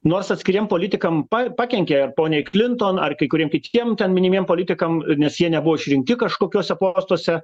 nors atskiriem politikam pa pakenkė poniai klinton ar kai kuriem kitiem ten minimiem politikam nes jie nebuvo išrinkti kažkokiose postuose